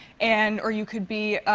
and or you could be